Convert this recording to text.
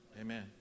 Amen